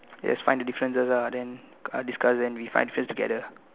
yes find the differences ah then uh discuss then we find first together